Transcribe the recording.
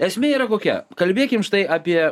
esmė yra kokia kalbėkim štai apie